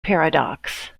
paradox